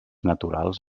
naturals